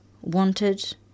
wanted